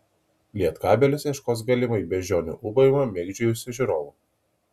lietkabelis ieškos galimai beždžionių ūbavimą mėgdžiojusių žiūrovų